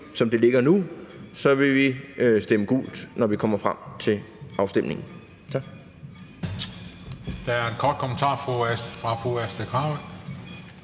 som det ligger nu, vil vi stemme gult, når vi kommer frem til afstemningen. Tak.